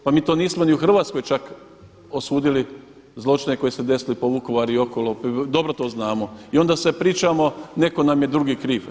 Pa mi to nismo ni u Hrvatskoj čak osudili koji su se desili po Vukovaru i okolo, dobro to znamo i onda sada pričamo neko nam je drugi kriv.